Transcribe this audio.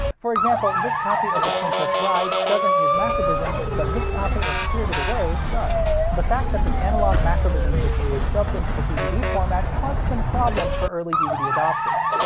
for example, this copy of the princess bride doesn't use macrovision, but this copy of spirited away does. the fact that the analog macrovision system was shoved into the dvd format caused some problems for early dvd adopters.